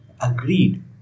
Agreed